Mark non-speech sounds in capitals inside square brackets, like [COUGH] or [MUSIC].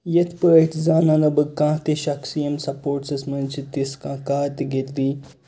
یِتھ پٲٹھۍ زانَن نہٕ بہٕ کانٛہہ تہِ شخص ییٚمۍ سَپوٹسَس منٛز چھِ تِژھ کانٛہہ [UNINTELLIGIBLE]